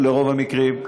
ברוב המקרים.